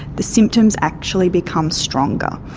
the symptoms actually become stronger.